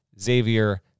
Xavier